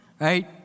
Right